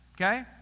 Okay